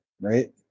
right